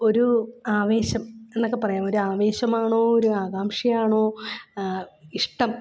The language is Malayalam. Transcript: ഒരു ആവേശം എന്നൊക്കെപ്പറയാം ഒരാവേശമാണോ ഒരു ആകാംക്ഷയാണോ ഇഷ്ടം